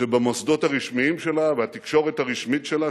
כשבמוסדות הרשמיים שלה ובתקשורת הרשמית שלה,